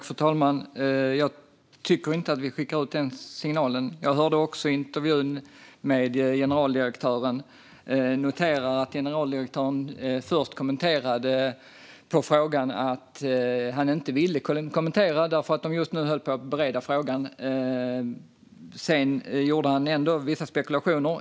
Fru talman! Jag tycker inte att vi skickar den signalen. Jag hörde också intervjun med generaldirektören och noterade att han sa att han inte ville kommentera frågan därför att de just höll på att bereda den. Sedan gjorde han ändå vissa spekulationer.